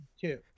two